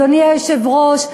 אדוני היושב-ראש,